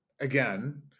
again